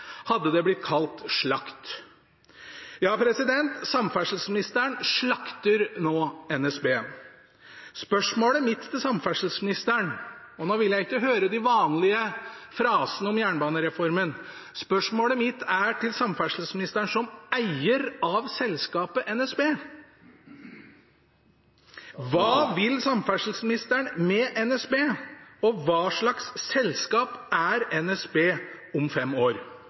hadde det blitt kalt slakt. Samferdselsministeren slakter nå NSB. Spørsmålet mitt er til samferdselsministeren – og nå vil jeg ikke høre de vanlige frasene om jernbanereformen – som eier av selskapet NSB: Hva vil samferdselsministeren med NSB, og hva slags selskap er NSB om fem år? Min målsetting er at NSB er det beste togselskapet i verden om fem år.